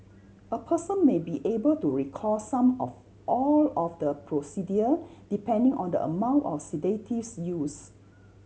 a person may be able to recall some of all of the procedure depending on the amount of sedatives used